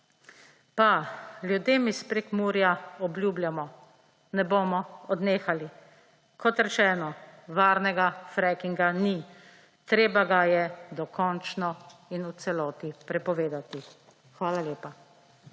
pa ljudem iz Prekmurja obljubljamo – ne bomo odnehali. Kot rečeno, varnega frackinga ni. Treba ga je dokončno in v celoti prepovedati. Hvala lepa.